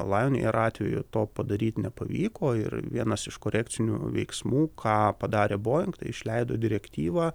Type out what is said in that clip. lajon eir atveju to padaryt nepavyko ir vienas iš korekcinių veiksmų ką padarė boing tai išleido direktyvą